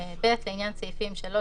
(ב)לעניין סעיפים 3,